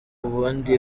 ubundi